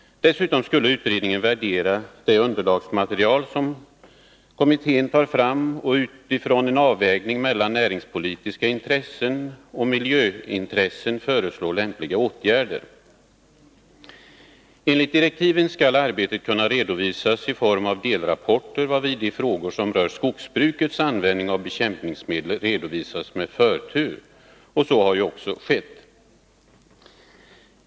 Dessutom skulle utredningen värdera det underlagsmaterial som kommittén tar fram och utifrån en avvägning mellan näringspolitiska intressen och miljöintressen föreslå lämpliga åtgärder. Enligt direktiven skall arbetet kunna redovisas i form av delrapporter, varvid de frågor som rör skogsbrukets användning av bekämpningsmedel redovisas med förtur. Så har också skett.